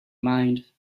mind